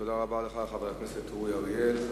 תודה רבה לך, חבר הכנסת אורי אריאל.